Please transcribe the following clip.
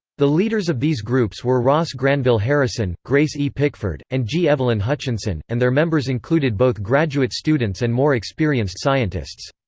the leaders of these groups were ross granville harrison, grace e. pickford, and g. evelyn hutchinson, and their members included both graduate students and more experienced scientists.